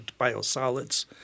biosolids